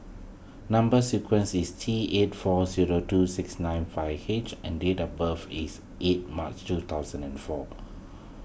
Number Sequence is T eight four zero two six nine five H and date of birth is eight March two thousand and four